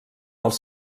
els